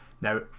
Now